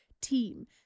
team